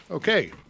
Okay